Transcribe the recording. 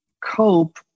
cope